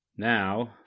Now